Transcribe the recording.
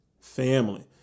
Family